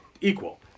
equal